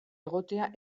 egotea